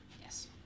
Yes